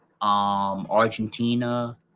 argentina